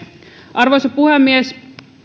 arvoisa puhemies